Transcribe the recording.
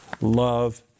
love